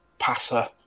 passer